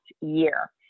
year